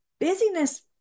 busyness